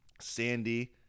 sandy